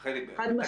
חד-משמעית.